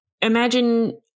imagine